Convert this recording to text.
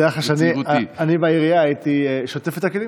תדע לך שאני בעירייה הייתי שוטף את הכלים,